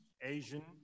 asian